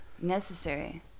Necessary